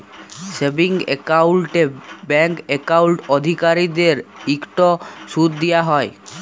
savings একাউল্টে bank account অধিকারীদেরকে ইকট সুদ দিয়া হ্যয়